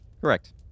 correct